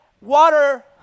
water